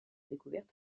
découverte